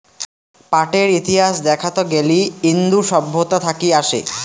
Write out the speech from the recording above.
পাটের ইতিহাস দেখাত গেলি ইন্দু সভ্যতা থাকি আসে